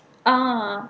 uh